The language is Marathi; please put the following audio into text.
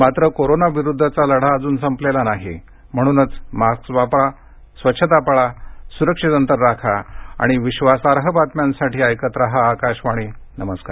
मात्र कोरोनाविरुद्धचा लढा अजून संपलेला नाही म्हणूनच मास्क वापरा स्वच्छता पाळा सुरक्षित अंतर राखा आणि विश्वासार्ह बातम्यांसाठी ऐकत राहा आकाशवाणी नमस्कार